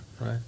right